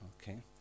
okay